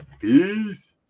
peace